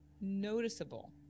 Noticeable